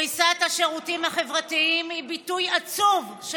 קריסת השירותים החברתיים היא ביטוי עצוב של